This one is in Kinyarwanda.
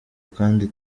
kandi